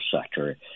sector